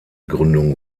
gründung